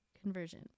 conversion